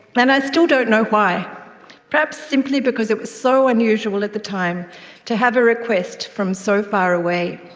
and i still don't know why perhaps simply because it was so unusual at the time to have a request from so far away.